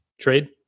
trade